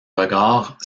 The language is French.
regard